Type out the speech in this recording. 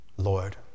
Lord